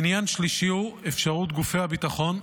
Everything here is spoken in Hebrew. עניין שלישי הוא אפשרות גופי הביטחון,